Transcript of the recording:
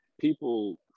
people